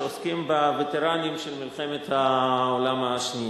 שעוסקים בווטרנים של מלחמת העולם השנייה.